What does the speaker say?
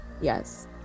Yes